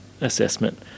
assessment